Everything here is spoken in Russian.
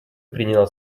приняла